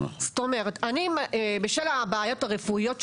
זאת אומרת אני בשל הבעיות הרפואיות שלי,